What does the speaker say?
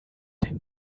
den